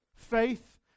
Faith